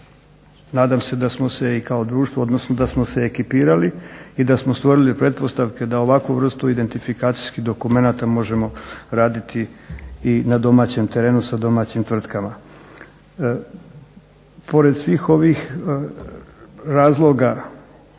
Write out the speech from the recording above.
nadam se da smo se i kao društvo, odnosno da smo se ekipirali i da smo stvorili pretpostavke da ovakvu vrstu identifikacijskih dokumenata možemo raditi i na domaćem terenu sa domaćim tvrtkama. Pored svih ovih razloga